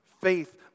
Faith